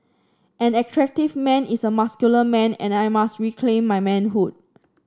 an attractive man is a masculine man and I must reclaim my manhood